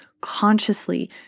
consciously